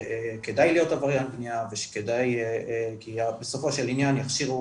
שכדאי להיות עבריין בנייה כי בסופו של עניין יכשירו